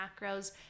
macros